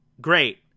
Great